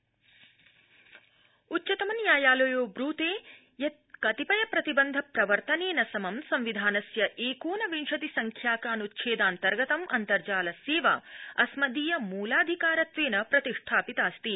उच्चतम न्यायालय उच्चतमन्यायालयो ब्रूते त् कतिपय प्रतिबन्ध प्रवर्तनेन समं संविधानस्य एकोनविंशति संख्याकानुच्छेदान्तर्गतं अन्तर्जाल सेवा अस्मदीय मूलाधिकारत्वेन प्रतिष्ठापितास्ति